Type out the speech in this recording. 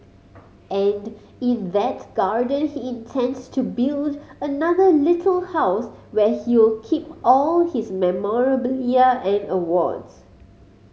and in that garden he intends to build another little house where he'll keep all his memorabilia and awards